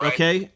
Okay